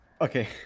Okay